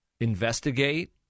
investigate